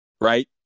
Right